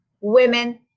women